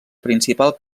principal